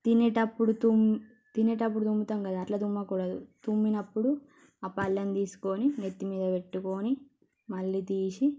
తినేటప్పుడు తుమ్మ్ తినేటప్పుడు తుమ్ముతాంకదా అట్లా తుమ్మకూడదు తుమ్మినప్పుడు ఆ పళ్ళెం తీసుకొని నెత్తిమీద పెట్టుకొని మళ్ళీ తీసి